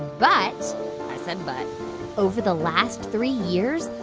but i said but over the last three years,